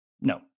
No